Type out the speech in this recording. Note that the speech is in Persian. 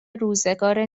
روزگار